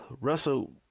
Russell